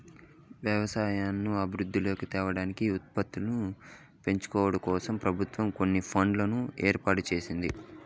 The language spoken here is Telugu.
వ్యవసాయంను వృద్ధిలోకి తేవడం, ఉత్పత్తిని పెంచడంకోసం ప్రభుత్వం కొన్ని ఫండ్లను ఏర్పరిచింది